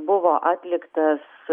buvo atliktas